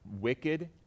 wicked